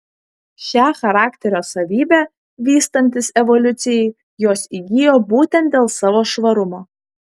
šią charakterio savybę vystantis evoliucijai jos įgijo būtent dėl savo švarumo